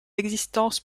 existences